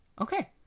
Okay